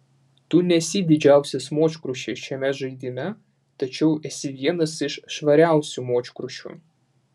tu nesi didžiausias močkrušys šiame žaidime tačiau esi vienas iš švariausių močkrušių